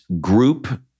group